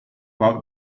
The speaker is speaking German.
war